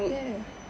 ya ya ya